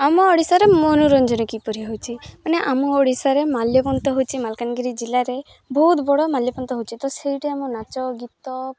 ଆମ ଓଡ଼ିଶାରେ ମନୋରଞ୍ଜନ କିପରି ହେଉଛି ମାନେ ଆମ ଓଡ଼ିଶାରେ ମାଲ୍ୟପନ୍ତ ହେଉଛି ମାଲକାନଗିରି ଜିଲ୍ଲାରେ ବହୁତ ବଡ଼ ମାଲ୍ୟପନ୍ତ ହେଉଛି ତ ସେଇଠି ଆମ ନାଚ ଗୀତ